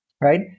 right